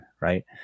Right